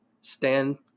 stand